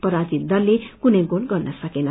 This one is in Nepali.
पराजित दलले कूनै गोल गर्न सकेन